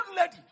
lady